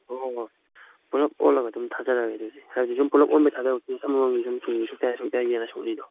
ꯍꯣꯏ ꯍꯣꯏ ꯍꯣꯏ ꯄꯨꯂꯞ ꯑꯣꯜꯂꯒ ꯑꯗꯨꯝ ꯊꯥꯖꯔꯛꯑꯒꯦ ꯑꯗꯨꯗꯤ ꯍꯥꯏꯕꯗꯤ ꯁꯨꯝ ꯄꯨꯂꯞ ꯑꯣꯟꯕꯒꯤ ꯄꯤꯁ ꯑꯃꯃꯝꯒꯤ ꯁꯨꯝ ꯆꯨꯝꯅꯁꯨꯝ ꯀꯌꯥ ꯁꯨꯏ ꯀꯌꯥ ꯌꯦꯟꯅ ꯑꯁꯨꯛꯅꯤꯗꯣ